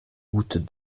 gouttes